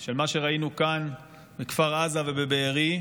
של מה שראינו כאן בכפר עזה ובבארי,